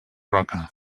roca